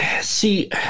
See